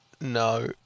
no